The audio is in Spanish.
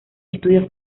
estudios